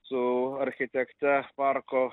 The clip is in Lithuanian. su architekte parko